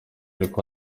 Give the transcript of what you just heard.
uko